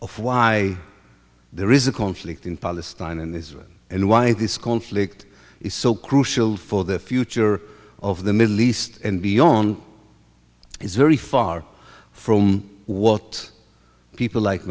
of why there is a conflict in palestine and israel and why this conflict is so crucial for the future of the middle east and beyond is very far from what people like